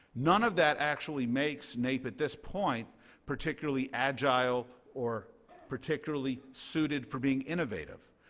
none of that actually makes naep at this point particularly agile or particularly suited for being innovative.